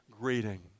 greeting